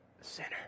sinner